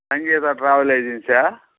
Sangeetha travel ఏజెన్సీయా